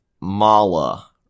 Mala